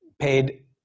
Paid